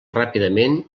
ràpidament